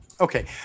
Okay